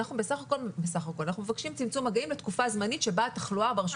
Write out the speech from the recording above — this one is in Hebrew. אנחנו מבקשים צמצום מגעים לתקופה זמנית בה התחלואה ברשות היא גבוהה.